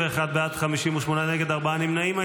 51 בעד, 58 נגד, ארבעה נמנעים.